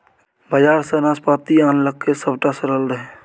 बजार सँ नाशपाती आनलकै सभटा सरल रहय